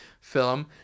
film